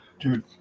dude